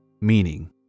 Meaning